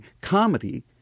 comedy